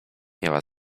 miała